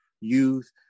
youth